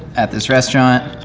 at this restaurant,